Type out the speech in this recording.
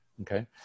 Okay